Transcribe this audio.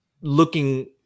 looking